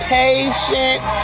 patient